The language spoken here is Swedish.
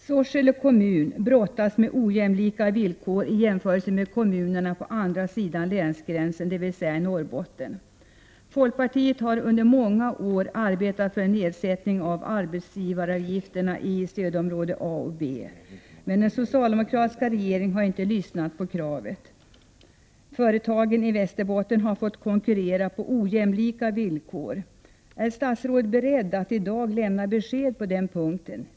Sorsele kommun brottas med ojämlika villkor i jämförelse med kommunerna på andra sidan länsgränsen, dvs. i Norrbotten. Folkpartiet har under många år arbetat för en nedsättning av arbetsgivaravgifterna i stödområde A och B, men den socialdemokratiska regeringen har inte lyssnat på kraven. Företagen i Västerbotten har fått konkurrera på ojämlika villkor. Är statsrådet beredd att i dag lämna besked på den punkten?